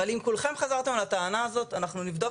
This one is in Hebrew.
אבל אם כולכם חזרתם על הטענה הזאת אנחנו נבדוק